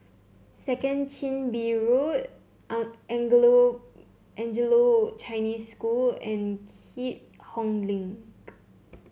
Second Chin Bee Road Anglo Chinese School and Keat Hong Link